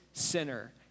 sinner